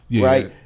right